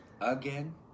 again